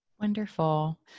Wonderful